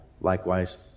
likewise